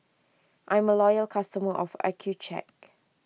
I'm a loyal customer of Accucheck